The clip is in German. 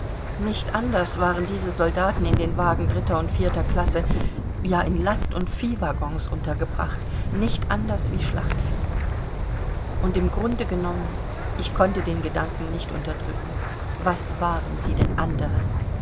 nicht anders waren diese soldaten in den wagen dritter und vierter klasse ja in last und viehwaggons untergebracht nicht anders wie schlachtvieh und im grunde genommen ich konnte den gedanken nicht unterdrücken was waren sie denn anderes